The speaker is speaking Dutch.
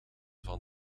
van